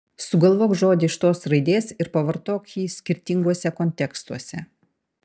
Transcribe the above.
sugalvok žodį iš tos raidės ir pavartok jį skirtinguose kontekstuose